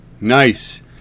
Nice